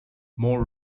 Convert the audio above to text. more